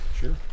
Sure